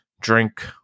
drink